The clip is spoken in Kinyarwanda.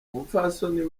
umupfasoni